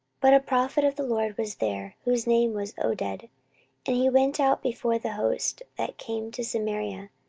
but a prophet of the lord was there, whose name was oded and he went out before the host that came to samaria,